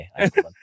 okay